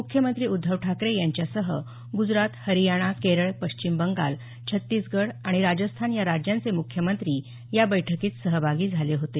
मुख्यमंत्री उद्धव ठाकरे यांच्यासह गुजरात हरियाणा केरळ पश्चिम बंगाल छत्तीसगढ आणि राजस्थान या राज्यांचे मुख्यमंत्री या बैठकीत सहभागी झाले होते